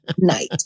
night